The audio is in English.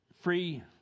free